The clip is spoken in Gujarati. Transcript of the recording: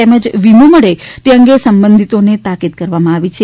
તેમજ વીમો મળે તે અંગે સંબંધિતોને તાકિદ કરવામાં આવી છે